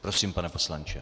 Prosím, pane poslanče.